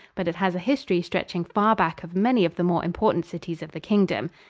but it has a history stretching far back of many of the more important cities of the kingdom.